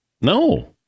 No